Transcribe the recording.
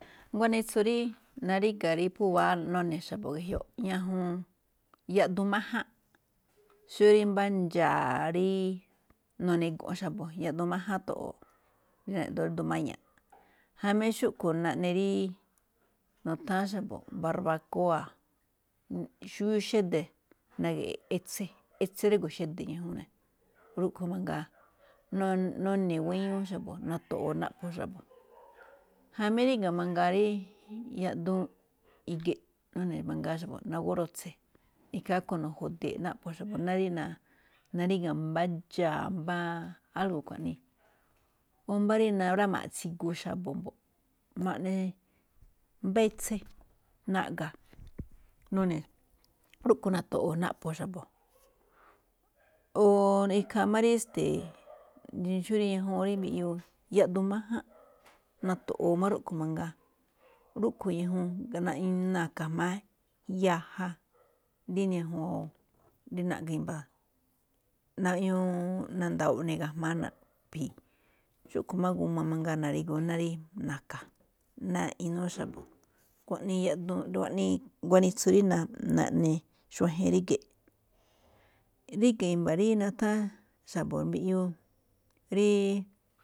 Ganitsu rí, naríga rí phú i̱wa̱á, none̱ xa̱bo̱ ge̱jioꞌ, yaꞌduun májánꞌ, xó ri mba̱ ndxa̱a̱ rí noni̱gúnꞌ yaꞌduun máján i̱to̱ꞌo̱o̱ rí duun maña̱ꞌ. Jamí xúꞌkhue̱n naꞌne rí nutháán xa̱bo̱ barbakóa̱, xubiuu xede̱, na̱ge̱ꞌe̱ etse, etse drígo̱o̱ xede̱ ñajuun ne̱, rúꞌkhue̱n ne̱ mangaa, nune̱ guíñúú xa̱bo̱, na̱to̱ꞌo̱o̱ naꞌpho̱ xa̱bo̱ jamí ríga̱ mangaa rí, yaꞌduun i̱gi̱ꞌ nune̱ mangaa xa̱bo̱ naguwá rotse̱, ikhaa rúꞌkhue̱n nu̱xu̱de̱e̱ꞌ naꞌpho̱ xa̱bo̱ ná rí naríga̱ mbá ndxa̱a̱, mbá, algo̱ xkuaꞌnii. O mbá rí naruáma̱a̱ꞌ tsiguu xa̱bo̱ mbo̱ꞌ, ma̱ꞌne mbá etse na̱ꞌga̱ none̱, rúꞌkhue̱n na̱to̱ꞌo̱o̱ naꞌpho̱ xa̱bo̱. o ikhaa máꞌ rí esteeꞌ xó rí ñajuun mbiꞌyuu, yaꞌduun máján, na̱to̱ꞌo̱o̱ máꞌ rúꞌkhue̱n mangaa, rúꞌkhue̱n ñajuun na̱ka̱ jma̱á yaja, díne juunꞌ rí naꞌne i̱mba̱, na̱nda̱wo̱o̱ ne̱ ga̱jma̱á naꞌphi̱i̱. Xúꞌkhue̱n máꞌ g a mangaa na̱ri̱gu ná na̱ka̱, ná inúú xa̱bo̱, xkuaꞌnii yaꞌduun, xkuaꞌnii guanitsu naꞌne xuajen ríge̱ꞌ. Ríga̱ i̱mba̱ rí nutháán xa̱bo̱ mbiꞌyuu ríí.